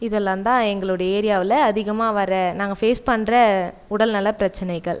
இது எல்லாம்தான் எங்களுடைய ஏரியாவில் அதிகமாக வர நாங்கள் ஃபேஸ் பண்ணுற உடல்நல பிரச்சினைகள்